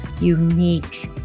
unique